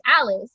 Alice